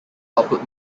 output